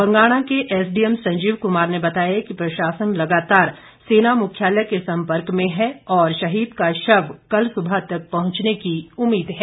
बंगाणा के एसडीएम संजीव कुमार ने बताया कि प्रशासन लगातार सेना मुख्यालय के सम्पर्क में है और शहीद का शव कल सुबह तक पहुंचने की उम्मीद है